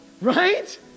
right